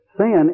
Sin